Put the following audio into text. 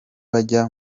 bajya